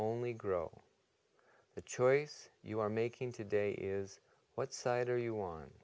only grow the choice you are making today is what side are you on